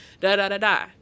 da-da-da-da